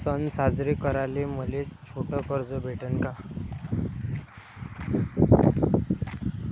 सन साजरे कराले मले छोट कर्ज भेटन का?